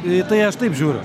į tai aš taip žiūriu